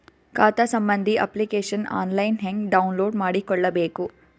ಖಾತಾ ಸಂಬಂಧಿ application online ಹೆಂಗ್ ಡೌನ್ಲೋಡ್ ಮಾಡಿಕೊಳ್ಳಬೇಕು?